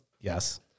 Yes